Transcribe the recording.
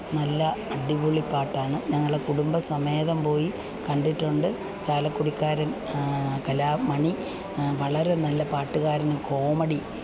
നല്ല അടിപൊളി പാട്ടാണ് ഞങ്ങള് കുടുംബസമേതം പോയി കണ്ടിട്ടുണ്ട് ചാലക്കുടിക്കാരന് കലാ മണി വളരെ നല്ല പാട്ടുകാരനും കോമഡി